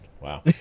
Wow